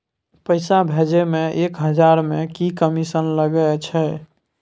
पैसा भैजे मे एक हजार मे की कमिसन लगे अएछ?